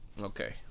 Okay